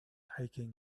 hiking